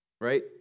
right